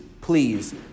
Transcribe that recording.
please